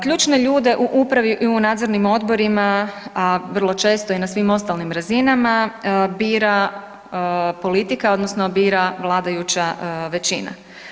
Ključne ljude u upravi i u nadzornim odborima, a vrlo često i na svim ostalim razinama bira politika, odnosno bira vladajuća većina.